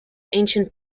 ancient